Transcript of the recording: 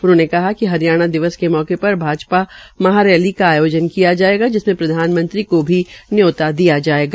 उन्होंने बताया कि हरियाणा दिवस के मौके पर भाजपा महारैली का आयोजन किया जायेगा जिसमें प्रधानमंत्री को न्यौता दिया जायेगा